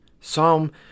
psalm